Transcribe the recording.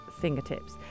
fingertips